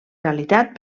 realitat